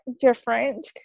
different